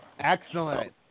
Excellent